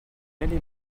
aller